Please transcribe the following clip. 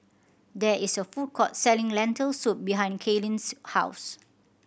there is a food court selling Lentil Soup behind Kalen's house